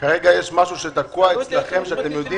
כרגע יש משהו שתקוע אצלכם שאתם יודעים